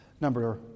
number